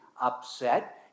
upset